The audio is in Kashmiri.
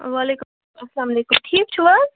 وعلیکُم السلام السلامُ علیکُم ٹھیٖک چھُو حظ